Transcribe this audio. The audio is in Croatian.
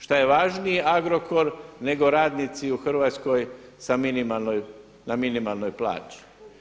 Šta je važniji Agrokor nego radnici u Hrvatskoj na minimalnoj plaći?